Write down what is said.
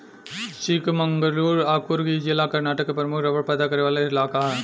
चिकमंगलूर आ कुर्ग इ जिला कर्नाटक के प्रमुख रबड़ पैदा करे वाला इलाका ह